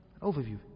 Overview